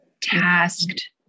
tasked